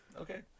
Okay